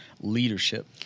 leadership